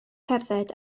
cerdded